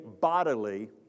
bodily